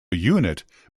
unit